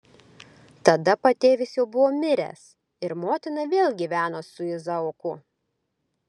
tada patėvis jau buvo miręs ir motina vėl gyveno su izaoku